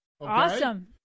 Awesome